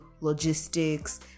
logistics